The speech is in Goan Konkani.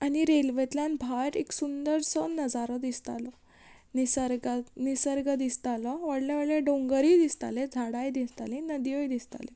आनी रेल्वेंतल्यान भायर एक सुंदरसो नजारो दिसतालो निसर्गान निसर्ग दिसतालो व्हडले व्हडले दोंगरूय दिसताले झाडांय दिसतालीं नदयोय दिसताल्यो